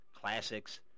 classics